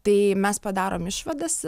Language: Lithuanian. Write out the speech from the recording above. tai mes padarom išvadas